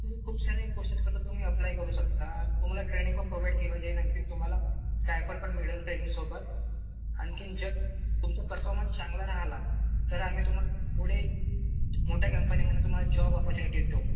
खूप सारे कोर्सेसकरता तुमी अप्लाय करू शकता तुम्हाला ट्रेनिंगपण प्रोव्हाइड केला जाईल आणखीन तुम्हाला स्टायफंड पण मिळेल ट्रेनिंगसोबत आणखीन जर तुमचा परफॉमन्स चांगला राहिला तर आम्ही तुम्हा पुढे मोठ्या कंपनीमध्ये तुम्हाला जॉब ऑपॉर्च्युनिटी देऊ